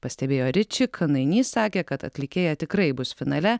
pastebėjo ritčik nainys sakė kad atlikėja tikrai bus finale